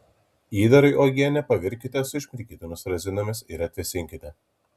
įdarui uogienę pavirkite su išmirkytomis razinomis ir atvėsinkite